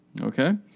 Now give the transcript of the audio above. Okay